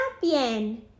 bien